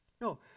No